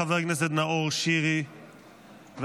חבר הכנסת נאור שירי, ואחריו,